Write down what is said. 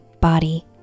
body